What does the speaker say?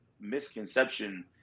misconception